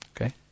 Okay